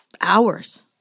hours